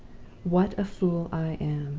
what a fool i am!